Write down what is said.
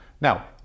Now